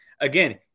again